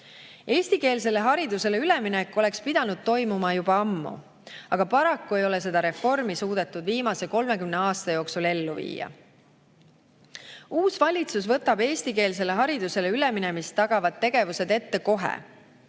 Eestikeelsele haridusele üleminek oleks pidanud toimuma juba ammu, aga paraku ei ole seda reformi suudetud viimase 30 aasta jooksul ellu viia. Uus valitsus võtab eestikeelsele haridusele üleminemist tagavad tegevused ette kohe,